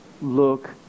look